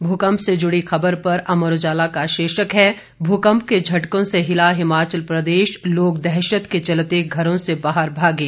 भूकंप से जुड़ी खबर पर अमर उजाला का शीर्षक है भूकंप के झटकों से हिला हिमाचल प्रदेश लोग दहशत के चलते घरों से बाहर भागे